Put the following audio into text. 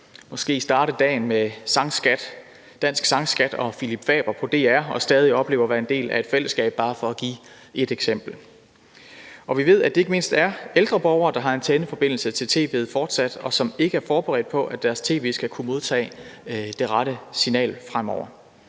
måske starte dagen med dansk sangskat og Phillip Faber på DR og stadig opleve at være en del af et fællesskab. Det var bare for at give ét eksempel. Vi ved, at det ikke mindst er ældre borgere, der fortsat har antenneforbindelse til tv, og som ikke er forberedt på, at deres tv skal kunne modtage det rette signal fremover.